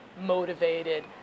motivated